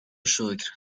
شکر